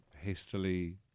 hastily